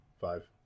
Five